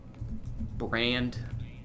brand